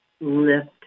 lift